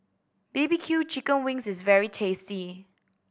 B B Q chicken wings is very tasty